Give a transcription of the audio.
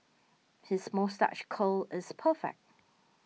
his moustache curl is perfect